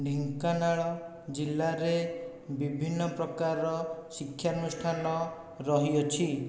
ଢେଙ୍କାନାଳ ଜିଲ୍ଲାରେ ବିଭିନ୍ନ ପ୍ରକାରର ଶିକ୍ଷାନୁଷ୍ଠାନ ରହିଅଛି